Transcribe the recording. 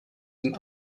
den